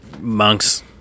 monks